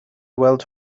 weld